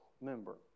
member